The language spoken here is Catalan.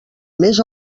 més